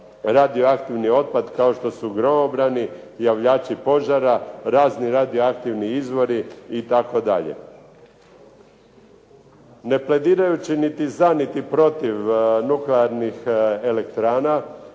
radioaktivni otpad kao što su gromobrani, javljači požara, razni radioaktivni izvori itd. Ne pledirajući niti za niti protiv nuklearnih elektrana,